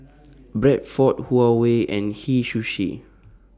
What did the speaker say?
Bradford Huawei and Hei Sushi